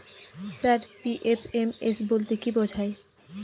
Sir PFMS বলতে কি বোঝায়?